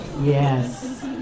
Yes